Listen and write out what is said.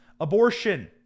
abortion